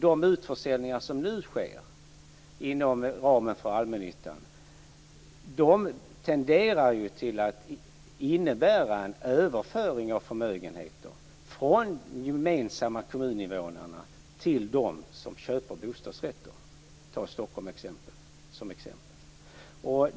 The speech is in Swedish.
De utförsäljningar som nu sker inom ramen för allmännyttan tenderar att innebära en överföring av förmögenheter från de gemensamma kommuninvånarna till dem som köper bostadsrätter. Tag Stockholm som exempel.